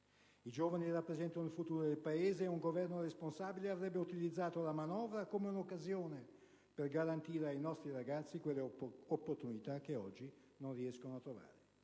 I giovani rappresentano il futuro del Paese ed un Governo responsabile avrebbe utilizzato la manovra come un'occasione per garantire ai nostri ragazzi quelle opportunità che oggi non riescono a trovare.